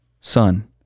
sun